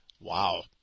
Wow